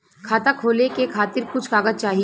खाता खोले के खातिर कुछ कागज चाही?